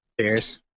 Cheers